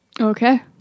Okay